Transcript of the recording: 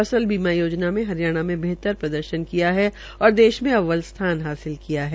फसल बीमा योजना में हरियाणा में बेहतर प्रदर्शन किया है और देश में अव्वल स्थान हासिल किया है